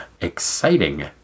exciting